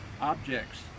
objects